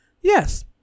Yes